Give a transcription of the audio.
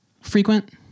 frequent